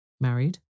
Married